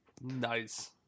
Nice